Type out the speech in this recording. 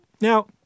Now